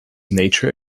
nature